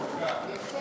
ועדת חוקה.